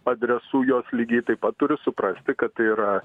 adresų jos lygiai taip pat turi suprasti kad tai yra